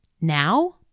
Now